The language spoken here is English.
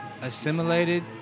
assimilated